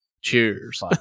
cheers